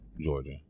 georgia